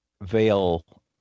veil